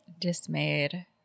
Dismayed